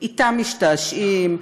אתם משתעשעים,